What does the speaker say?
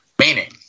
Meaning